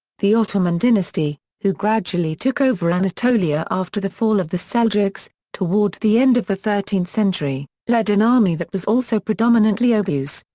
the ottoman dynasty, who gradually took over anatolia after the fall of the seljuks, toward the end of the thirteenth century, led an army that was also predominantly oghuz.